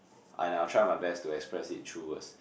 and I'll try my best to express it through words